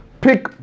Pick